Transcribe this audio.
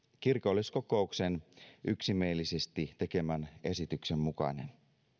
kirkolliskokouksen yksimielisesti tekemän esityksen mukainen